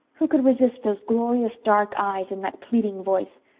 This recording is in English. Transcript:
who could resist those glorious dark eyes, and that pleading voice?